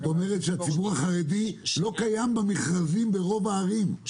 זאת אומרת שהציבור החרדי לא קיים במכרזים ברוב הערים,